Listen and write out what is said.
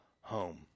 home